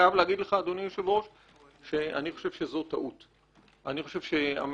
אני חייב להגיד לך,